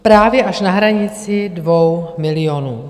... právě až na hranici 2 milionů.